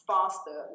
faster